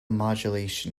modulation